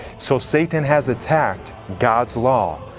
so satan has attacked god's law.